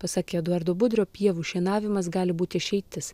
pasak edvardo budrio pievų šienavimas gali būti išeitis